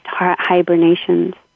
hibernations